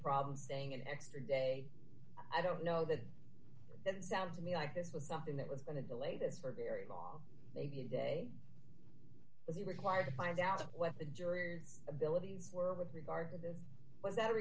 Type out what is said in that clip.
problem saying an extra day i don't know that that sounds to me like this was something that was going to delay this for a very d long maybe a day as he required to find out what the jurors abilities were with regard to this was that